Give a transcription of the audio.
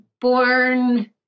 born